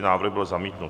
Návrh byl zamítnut.